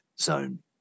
Zone